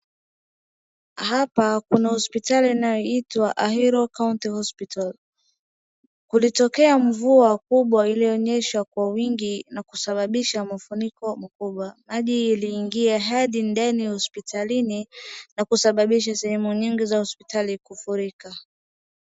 Hapa kuna hospitali inayoitwa Ahero County Hospital. Kulitokea mvua kubwa ilionyeshwa kwa wingi na kusababisha mafuniko makubwa. Hadi iliingia hadi ndani ya hospitalini na kusababisha sehemu nyingi za hospitali kufurika.